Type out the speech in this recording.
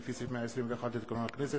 לפי סעיף 121 לתקנון הכנסת,